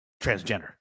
transgender